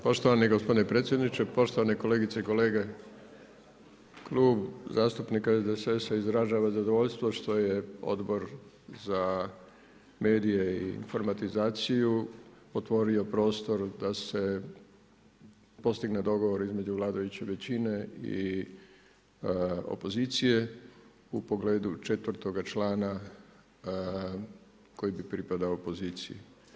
Poštovani gospodine predsjedniče, poštovane kolegice i kolege, Klub zastupnika SDSS-a, izražava zadovoljstvo što je Odbor za medije i informatizaciju, otvorio prostor da se postigne dogovor između vladajuće većine i opozicije, u pogledu 4. člana koji bi pripadao opoziciji.